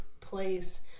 place